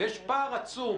ויש פער עצום